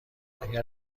اگه